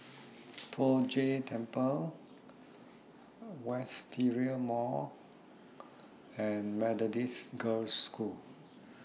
Poh Jay Temple Wisteria Mall and Methodist Girls' School